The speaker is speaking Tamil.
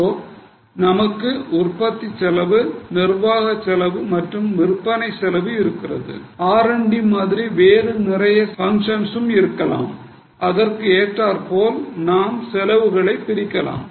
சோ உற்பத்தி செலவு நிர்வாக செலவு மற்றும் விற்பனை செலவு உள்ளது R மற்றும் D மாதிரி வேற நிறைய பங்க்ஷன்ஸ்ம் இருக்கலாம் அதற்கு ஏற்றார்போல் நாம் செலவுகளை பிரிக்கலாம்